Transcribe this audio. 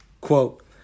quote